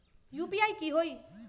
UPI की होई?